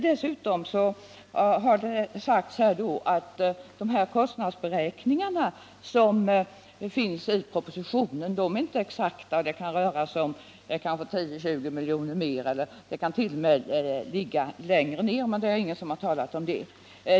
Det har sagts att kostnadsberäkningarna i propositionen inte är exakta — kostnaderna kan bli 10-20 milj.kr. högre. De kan t.o.m. bli lägre än enligt propositionens beräkningar, men det har ingen nämnt.